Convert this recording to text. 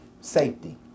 Safety